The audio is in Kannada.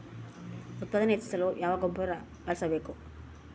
ಉತ್ಪಾದನೆ ಹೆಚ್ಚಿಸಲು ಯಾವ ಗೊಬ್ಬರ ಬಳಸಬೇಕು?